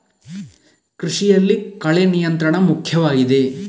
ಕೃಷಿಯಲ್ಲಿ ಕಳೆ ನಿಯಂತ್ರಣ ಮುಖ್ಯವಾಗಿದೆ